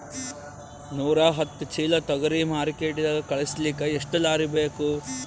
ನೂರಾಹತ್ತ ಚೀಲಾ ತೊಗರಿ ಮಾರ್ಕಿಟಿಗ ಕಳಸಲಿಕ್ಕಿ ಎಷ್ಟ ಲಾರಿ ಬೇಕು?